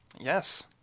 yes